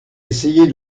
essayer